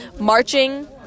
Marching